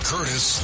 Curtis